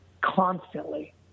constantly